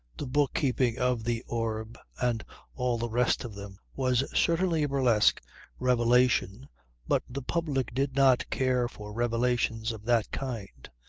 the book-keeping of the orb and all the rest of them was certainly a burlesque revelation but the public did not care for revelations of that kind.